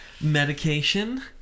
medication